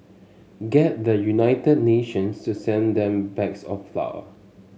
get the United Nations to send them bags of flour